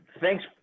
thanks